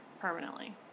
permanently